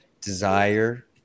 desire